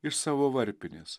iš savo varpinės